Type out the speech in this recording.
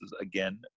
again